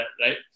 right